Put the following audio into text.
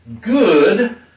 good